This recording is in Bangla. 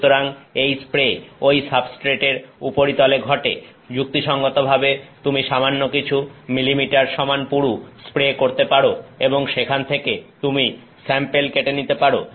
সুতরাং এই স্প্রে ঐ সাবস্ট্রেটের উপরিতলে ঘটে যুক্তিসঙ্গতভাবে তুমি সামান্য কিছু মিলিমিটার সমান পুরু স্প্রে করতে পারো এবং সেখান থেকে তুমি স্যাম্পেল কেটে নিতে পারো